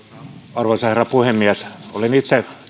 arvoisa herra puhemies olen itse